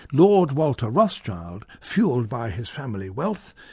lord walter rothschild, fuelled by his family wealth,